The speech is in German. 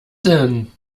denn